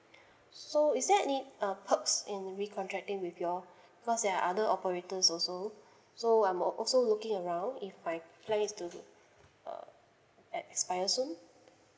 so is there any uh perks in recontracting with y'all because there are other operators also so I'm also looking around if my plan is to uh expire soon